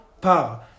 Par